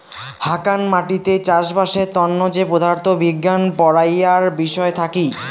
হাকান মাটিতে চাষবাসের তন্ন যে পদার্থ বিজ্ঞান পড়াইয়ার বিষয় থাকি